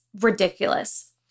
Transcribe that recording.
ridiculous